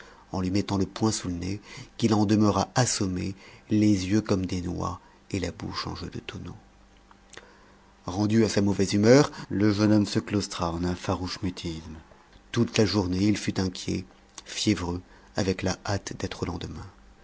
en lui mettant le poing sous le nez qu'il en demeura assommé les yeux comme des noix et la bouche en jeu de tonneau rendu à sa mauvaise humeur le jeune homme se claustra en un farouche mutisme toute la journée il fut inquiet fiévreux avec la hâte d'être au lendemain